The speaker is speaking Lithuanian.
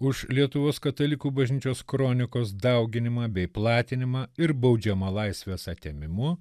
už lietuvos katalikų bažnyčios kronikos dauginimą bei platinimą ir baudžiama laisvės atėmimu